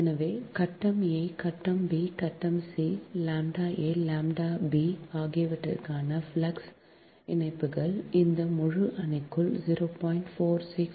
எனவே கட்டம் a கட்டம் b கட்டம் c λ a λ b ஆகியவற்றுக்கான ஃப்ளக்ஸ் இணைப்புகள் இந்த முழு அணிக்குள் 0